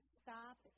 stop